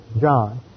John